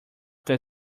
that